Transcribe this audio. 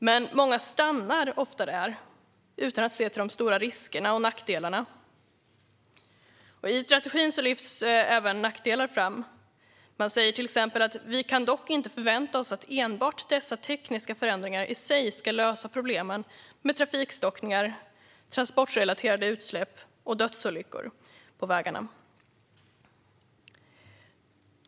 Men många stannar ofta där utan att se till risker och nackdelar. I strategin lyfts dock även nackdelar fram. Man säger till exempel: Vi kan dock inte förvänta oss att enbart dessa tekniska förändringar i sig ska lösa problemen med trafikstockningar, transportrelaterade utsläpp och dödsolyckor på vägarna.